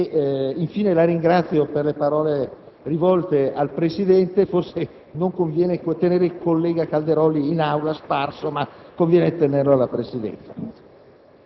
Infine, la ringrazio per le parole rivolte al Presidente: forse non conviene tenere il collega Calderoli in giro per l'Aula, ma conviene tenerlo alla Presidenza.